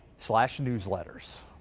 slash newsletters.